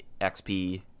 xp